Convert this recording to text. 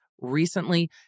recently